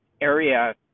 area